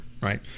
right